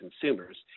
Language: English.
consumers